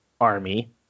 Army